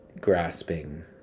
grasping